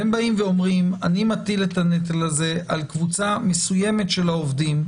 אתם אומרים: אני מטיל את הנטל הזה על קבוצה מסוימת של עובדים,